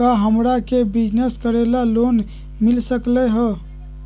का हमरा के बिजनेस करेला लोन मिल सकलई ह?